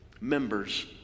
members